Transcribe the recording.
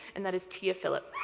and that is tia phillips.